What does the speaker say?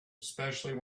especially